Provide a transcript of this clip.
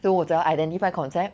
so 我只要 identify concept